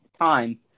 time